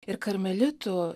ir karmelitų